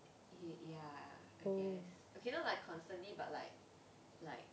he ya I guess okay not like constantly but like like